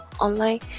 online